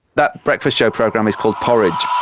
that breakfast show program is called porridge.